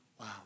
Wow